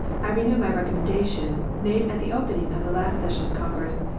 i renew my recommendation, made at the opening of the last session of congress,